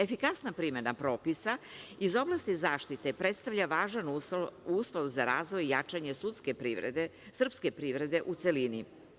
Efikasna primena propisa iz oblasti zaštite predstavlja važan uslov za razvoj i jačanje srpske privrede u celini.